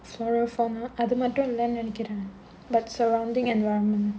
floral fauna அது மட்டும் இல்லன்னு நினைக்குறேன்:adhu mattum illanu ninaikkuraen but surrounding environment